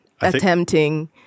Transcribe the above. attempting